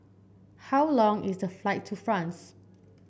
how long is the flight to France